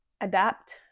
adapt